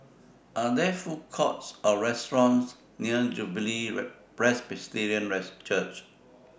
Are There Food Courts Or restaurants near Jubilee Presbyterian Church